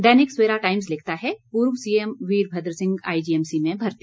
दैनिक Savera Times लिखता है पूर्व सीएम वीरभद्र सिंह आईजीएमसी में भर्ती